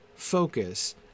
focus